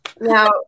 Now